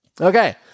Okay